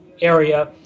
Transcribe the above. area